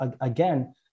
again